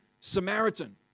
Samaritan